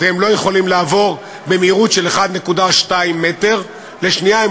והם לא יכולים לעבור במהירות של 1.2 מטר לשנייה,